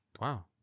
Wow